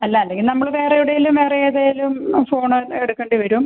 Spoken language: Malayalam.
അല്ല അല്ലെങ്കിൽ നമ്മൾ വേറെ എവിടെയെങ്കിലും വേറെ ഏതെങ്കിലും ഫോൺ എടുക്കേണ്ടി വരും